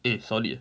eh solid leh